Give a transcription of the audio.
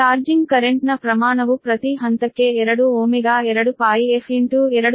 charging ಕರೆಂಟ್ನ ಪ್ರಮಾಣವು ಪ್ರತಿ ಹಂತಕ್ಕೆ 2ω 2πf2